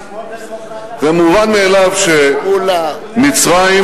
ומובן מאליו שמצרים,